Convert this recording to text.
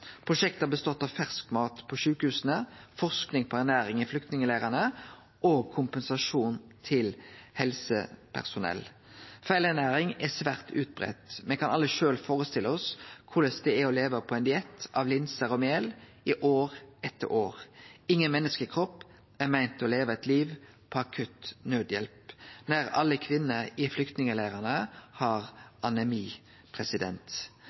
har bestått av fersk mat på sjukehusa, forsking på ernæring i flyktningleirane og kompensasjon til helsepersonell. Feilernæring er svært utbreidd. Me kan alle førestille oss korleis det er å leve på ein diett av linser og mjøl i år etter år. Ingen menneskekropp er meint å leve eit liv på akutt nødhjelp. Nær alle kvinnene i